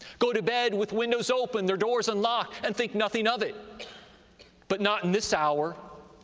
go to bed with windows open, their doors unlocked and think nothing of it but not in this hour,